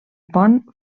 pont